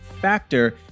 Factor